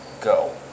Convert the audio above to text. go